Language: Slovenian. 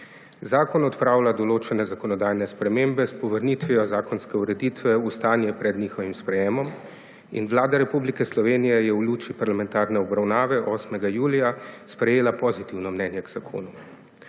Zakon odpravlja določene zakonodajne spremembe s povrnitvijo zakonske ureditve v stanje pred njihovim sprejetjem. Vlada Republike Slovenije je v luči parlamentarne obravnave 8. julija sprejela pozitivno mnenje k zakonu.